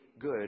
good